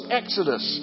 exodus